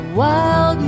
wild